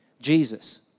Jesus